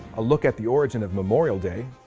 a look at the origin of memorial day.